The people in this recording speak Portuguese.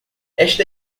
esta